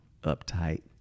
uptight